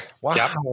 Wow